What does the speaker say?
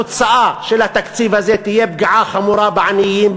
התוצאה של התקציב הזה תהיה פגיעה חמורה בעניים,